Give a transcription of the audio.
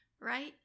right